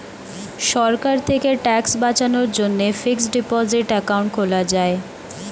সরকার থেকে ট্যাক্স বাঁচানোর জন্যে ফিক্সড ডিপোসিট অ্যাকাউন্ট খোলা যায়